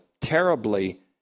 terribly